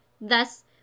Thus